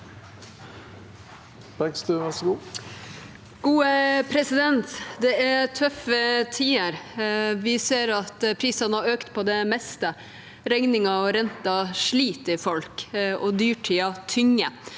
Det er tøffe tider. Vi ser at prisene har økt på det meste. Regninger og renter sliter i folk, og dyrtiden tynger,